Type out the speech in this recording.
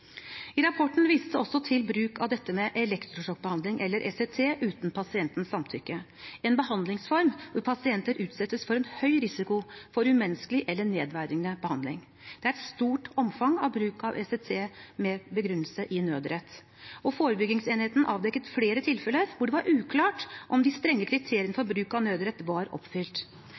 I rapporten vises det til bruk av elektrosjokkbehandling, eller ECT, uten pasientens samtykke – en behandlingsform hvor pasienter utsettes for en høy risiko for umenneskelig eller nedverdigende behandling. Det er et stort omfang av bruk av ECT med begrunnelse i nødrett, og forebyggingsenheten avdekket flere tilfeller hvor det var uklart om de strenge kriteriene for bruk av nødrett var oppfylt.